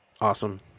Awesome